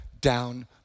down